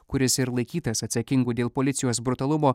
kuris ir laikytas atsakingu dėl policijos brutalumo